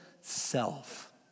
self